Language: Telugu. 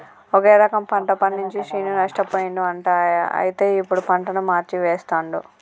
ఒకే రకం పంట పండించి శ్రీను నష్టపోయిండు అంట అయితే ఇప్పుడు పంటను మార్చి వేస్తండు